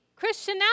Christian